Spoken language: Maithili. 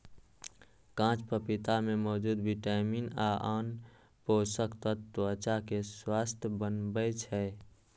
कांच पपीता मे मौजूद विटामिन आ आन पोषक तत्व त्वचा कें स्वस्थ बनबै छै